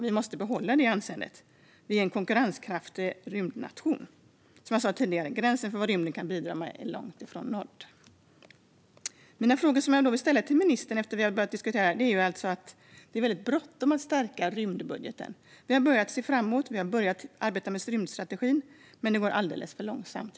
Vi måste behålla det. Vi är en konkurrenskraftig rymdnation. Som jag sa tidigare är gränsen för vad rymden kan bidra med långt ifrån nådd. Jag har några funderingar som jag vill framföra till ministern nu när vi diskuterar detta. Det är väldigt bråttom när det gäller att stärka rymdbudgeten. Vi har börjat se framåt och har påbörjat arbetet med rymdstrategin, men jag tycker att det går alldeles för långsamt.